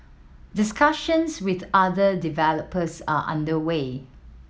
discussions with other developers are under way